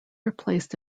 replaced